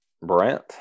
Brent